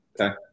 Okay